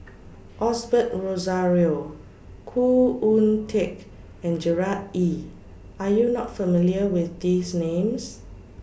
Osbert Rozario Khoo Oon Teik and Gerard Ee Are YOU not familiar with These Names